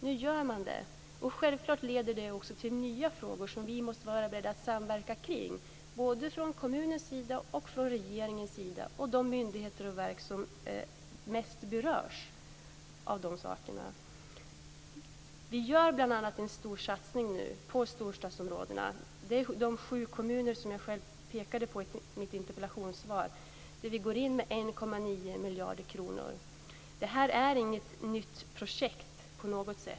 Detta leder nu självklart till nya frågor som vi måste vara beredda att samverka kring både från kommunernas sida, från regeringens sida och från de verk och myndigheter som mest berörs av detta. Vi gör nu bl.a. en stor satsning på storstadsområdena. I de sju kommuner som jag pekade på i mitt interpellationssvar går vi in med 1,9 miljarder kronor. Det är inte på något sätt ett nytt projekt.